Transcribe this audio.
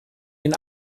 den